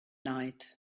night